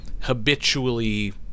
habitually